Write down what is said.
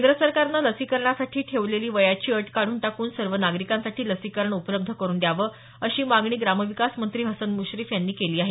केंद्र सरकारनं लसीकरणासाठी ठेवलेली वयाची अट काढून टाकून सवं नागरिकांसाठी लसीकरण उपलब्ध करून द्यावं अशी मागणी ग्रामविकासमंत्री हसन मुश्रीफ यांनी केली आहे